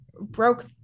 broke